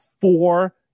four